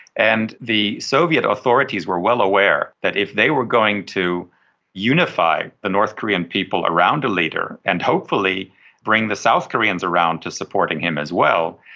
and the soviet authorities were well aware that if they were going to unify the north korean people around a leader and hopefully bring the south koreans around to supporting him as well,